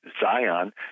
Zion